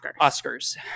Oscars